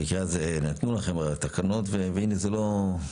במקרה הזה נתנו לכם תקנות והנה זה לא,